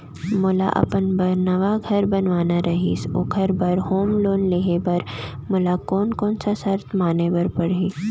मोला अपन बर नवा घर बनवाना रहिस ओखर बर होम लोन लेहे बर मोला कोन कोन सा शर्त माने बर पड़ही?